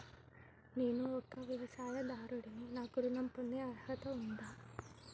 నేను ఒక వ్యవసాయదారుడిని నాకు ఋణం పొందే అర్హత ఉందా?